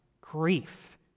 grief